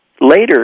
later